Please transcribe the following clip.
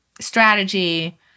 strategy